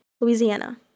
Louisiana